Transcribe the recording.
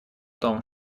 том